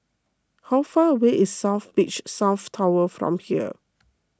how far away is South Beach South Tower from here